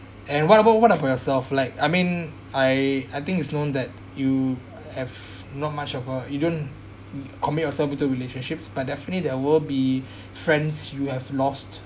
and what about what about yourself like I mean I I think it's known that you have not much of a you don't commit yourself brutal relationships but definitely there will be friends you have lost